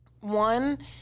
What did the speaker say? one